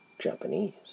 Japanese